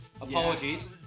Apologies